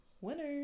winner